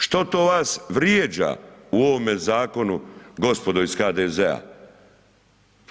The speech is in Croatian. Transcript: Što to vas vrijeđa u ovome zakonu gospodo iz HDZ-a?